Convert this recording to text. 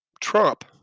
Trump